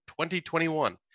2021